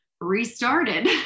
restarted